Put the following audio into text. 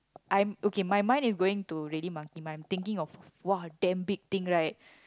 I'm okay my mind is going to really monkey mind thinking of !wah! damn big thing right